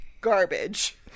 garbage